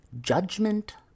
judgment